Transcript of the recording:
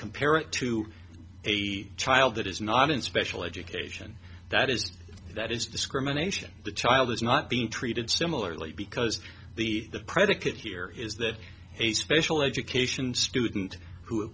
compare it to a child that is not in special education that is that is discrimination the child is not being treated similarly because the the predicate here is that a special education student who